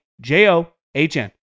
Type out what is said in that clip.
J-O-H-N